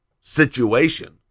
situation